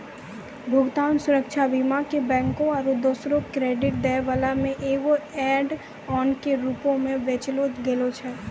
भुगतान सुरक्षा बीमा के बैंको आरु दोसरो क्रेडिट दै बाला मे एगो ऐड ऑन के रूपो मे बेचलो गैलो छलै